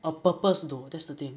a purpose though that's the thing